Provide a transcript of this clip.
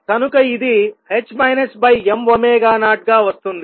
కనుక ఇది 2m0 గా వస్తుంది